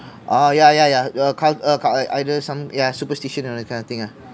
ah yeah yeah yeah err cul~ err cul~ either some yeah superstition or that kind of thing ah